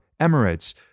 Emirates